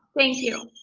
thank you.